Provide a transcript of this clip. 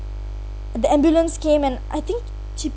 and the ambulance came and I think she